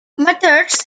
methods